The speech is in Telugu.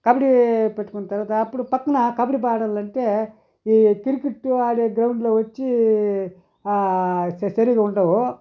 కబడి పెట్టుకున్న తర్వాత అప్పుడు పక్కన కబడి ఆడాలంటే ఈ క్రికెట్టు ఆడే గ్రౌండ్లో వచ్చి స్టడిగా ఉండవు